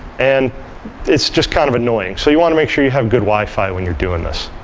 and it's just kind of annyoing. so you want to make sure you have good wi-fi when you're doing this.